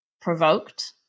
provoked